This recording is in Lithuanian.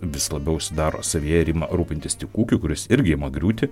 vis labiau užsidaro savyje ir ima rūpintis tik ūkiu kuris irgi ima griūti